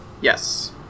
Yes